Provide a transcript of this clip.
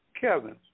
Kevin